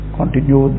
continue